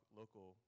local